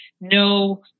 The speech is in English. no